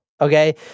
Okay